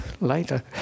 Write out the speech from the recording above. later